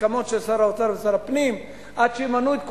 הסכמות של שר האוצר ושר הפנים, עד שימנו את כולם,